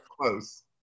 close